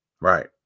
right